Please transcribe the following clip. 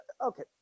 Okay